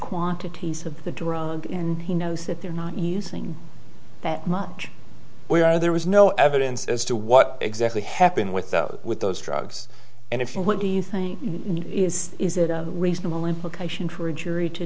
quantities of the drug and he knows that they're not using that much we are there is no evidence as to what exactly happened with those with those drugs and if you what do you think is is that a reasonable implication for a jury to